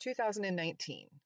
2019